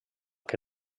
que